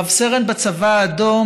רב-סרן בצבא האדום,